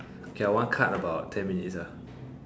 okay one card about ten minutes